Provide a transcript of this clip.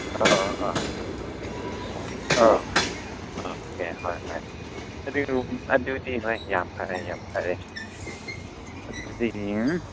ꯑ ꯑ ꯑ ꯑ ꯎꯝ ꯑꯣꯀꯦ ꯍꯣꯏ ꯍꯣꯏ ꯑꯗꯨꯗꯤ ꯍꯣꯏ ꯌꯥꯝ ꯐꯔꯦ ꯌꯥꯝ ꯐꯔꯦ ꯑꯗꯨꯗꯤ